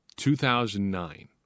2009